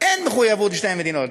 אין מחויבות לשתי מדינות,